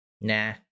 nah